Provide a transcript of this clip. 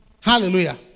Hallelujah